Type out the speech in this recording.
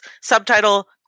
Subtitle